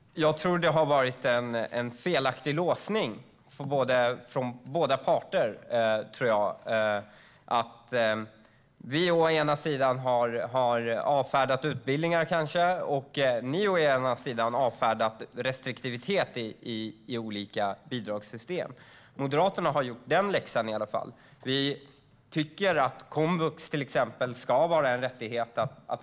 Fru talman! Jag tror att det har funnits en felaktig låsning hos båda parter. Vi å ena sidan har kanske avfärdat utbildningar, och regeringen å andra sidan har avfärdat restriktivitet i olika bidragssystem. Moderaterna har lärt sig läxan. Vi tycker till exempel att komvux ska vara en rättighet.